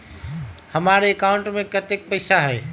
हमार अकाउंटवा में कतेइक पैसा हई?